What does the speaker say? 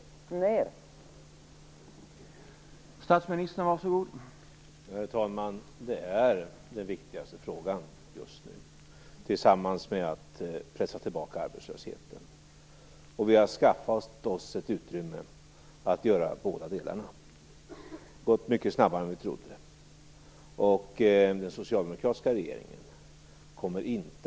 När?